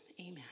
amen